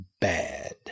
bad